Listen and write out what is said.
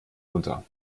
unter